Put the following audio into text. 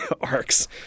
arcs